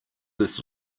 this